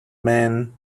man